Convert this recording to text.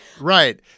Right